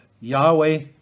Yahweh